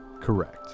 correct